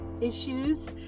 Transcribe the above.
issues